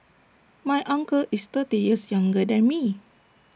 my uncle is thirty years younger than me